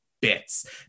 Bits